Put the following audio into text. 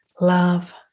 love